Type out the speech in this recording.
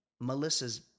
Melissa's